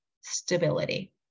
stability